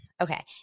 okay